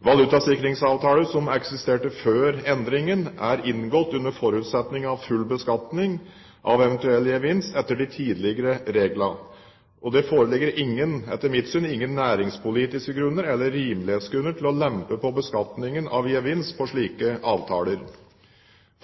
Valutasikringsavtaler som eksisterte før endringen, er inngått under forutsetning av full beskatning av eventuell gevinst etter de tidligere reglene. Det foreligger etter mitt syn ingen næringspolitiske grunner eller rimelighetsgrunner til å lempe på beskatningen av gevinst på slike avtaler.